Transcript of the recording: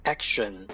Action